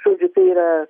žodžiu tai yra